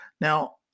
Now